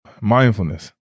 mindfulness